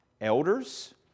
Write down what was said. elders